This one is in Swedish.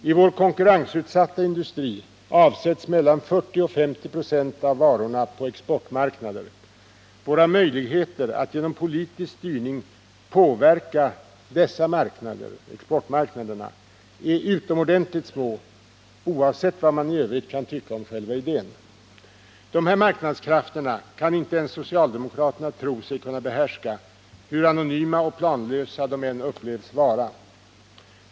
I vår konkurrensutsatta industri avsätts mellan 40 och 50 26 av varorna på exportmarknader. Våra möjligheter att genom politisk styrning påverka exportmarknaderna är utomordentligt små, oavsett vad man i övrigt kan tycka om själva idén. De här marknadskrafterna kan inte ens socialdemokraterna tro sig kunna behärska, hur anonyma och planlösa de än upplevs vara.